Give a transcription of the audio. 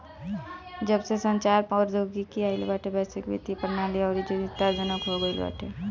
जबसे संचार प्रौद्योगिकी आईल बाटे वैश्विक वित्तीय प्रणाली अउरी सुविधाजनक हो गईल बाटे